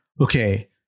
okay